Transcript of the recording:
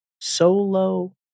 solo